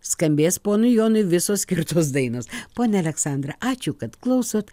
skambės ponui jonui visos skirtos dainos ponia aleksandra ačiū kad klausot